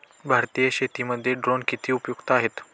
भारतीय शेतीमध्ये ड्रोन किती उपयुक्त आहेत?